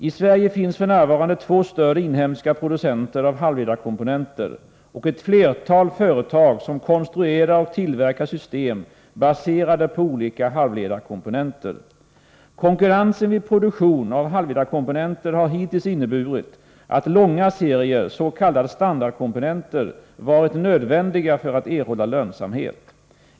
I Sverige finns f.n. två större inhemska producenter av halvledarkomponenter och ett flertal företag, som konstruerar och tillverkar system, baserade på olika halvledarkomponenter. Konkurrensen vid produktion av halvledarkomponenter har hittills inneburit att långa serier, s.k. standardkomponenter, varit nödvändiga för att erhålla lönsamhet.